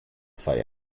feiern